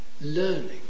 Learning